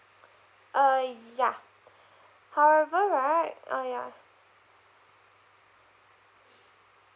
uh ya however right uh ya